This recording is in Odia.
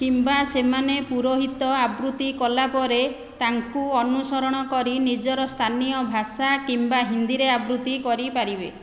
କିମ୍ବା ସେମାନେ ପୁରୋହିତ ଆବୃତ୍ତି କଲାପରେ ତାଙ୍କୁ ଅନୁସରଣ କରି ନିଜର ସ୍ଥାନୀୟ ଭାଷା କିମ୍ବା ହିନ୍ଦୀରେ ଆବୃତ୍ତି କରିପାରିବେ